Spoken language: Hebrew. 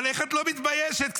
אבל איך את לא מתביישת קצת?